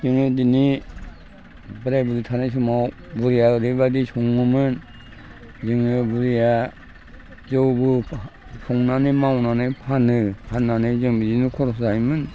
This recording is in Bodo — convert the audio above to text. जोङो दिनै बोराइ बुरै थानाय समाव बुरैया ओरैबादि सङोमोन जोङो बुरैया जौबो संनानै मावनानै फानो फाननानै जों बेजोंनो खरस जायोमोन